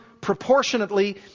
proportionately